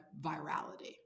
virality